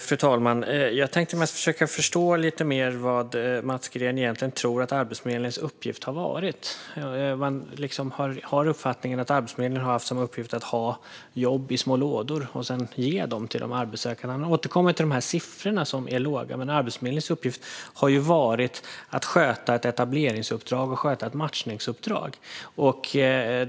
Fru talman! Jag tänkte försöka förstå lite bättre vad Mats Green tror att Arbetsförmedlingens uppgift har varit. Han verkar ha uppfattningen att Arbetsförmedlingens uppgift har varit att ha jobb i små lådor att ge till de arbetssökande. Han återkommer till att siffrorna är låga, men Arbetsförmedlingens uppgift har ju varit att sköta ett etableringsuppdrag och ett matchningsuppdrag.